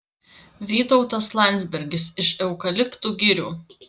vytautas landsbergis iš eukaliptų girių